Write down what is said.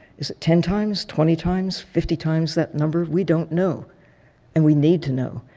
is it ten times, twenty times, fifty times that number? we don't know and we need to know.